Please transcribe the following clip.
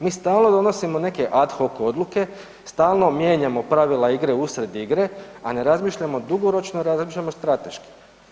Mi stalno donosimo neke ad hoc odluke, stalno mijenjamo pravila igre usred igre, a ne razmišljamo dugoročno, razmišljamo strateški.